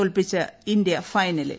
തോൽപ്പിച്ച് ഇന്ത്യ ഫൈനലിൽ